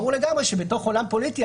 ברור לגמרי שבתוך עולם פוליטי,